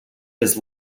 his